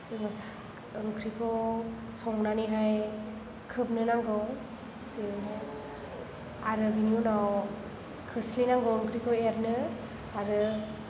ओंख्रिखौ संनानैहाय खोबनो नांगौ बेवहाय आरो बिनि उनाव खोस्लि नांगौ ओंख्रिखौ एरनो आरो